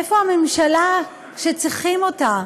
איפה הממשלה כשצריכים אותה?